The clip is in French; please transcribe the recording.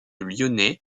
lyonnais